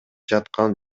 жаткан